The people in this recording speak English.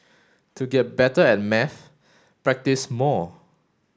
to get better at maths practise more